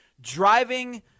driving